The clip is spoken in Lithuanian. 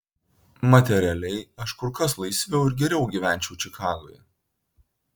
materialiai aš kur kas laisviau ir geriau gyvenčiau čikagoje